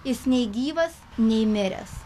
jis nei gyvas nei miręs